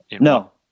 No